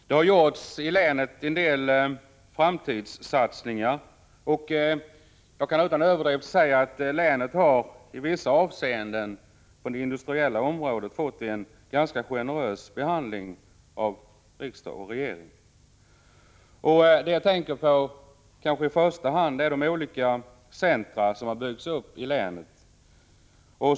Det har gjorts en del framtidssatsningar, och jag kan utan överdrift säga att länet på det industriella området har fått en i vissa avseenden ganska generös behandling av riksdag och regering. Jag tänker då i första hand på de olika centra som har byggts upp.